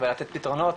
ולתת פתרונות,